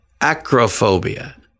Acrophobia